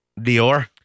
Dior